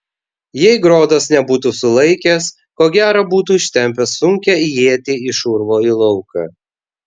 jei grodas nebūtų sulaikęs ko gero būtų ištempęs sunkią ietį iš urvo į lauką